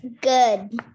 Good